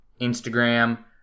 Instagram